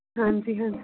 ਹਾਂਜੀ ਹਾਂਜੀ